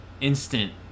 instant